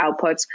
outputs